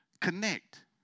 connect